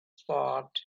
spot